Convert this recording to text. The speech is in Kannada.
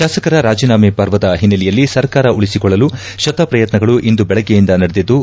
ಶಾಸಕರ ರಾಜೀನಾಮೆ ಪರ್ವದ ಹಿನ್ನೆಲೆಯಲ್ಲಿ ಸರ್ಕಾರ ಉಳಿಸಿಕೊಳ್ಳಲು ಶತ ಶ್ರಯತ್ನಗಳು ಇಂದು ಬೆಳಗ್ಗೆಯಿಂದ ನಡೆದಿದ್ದು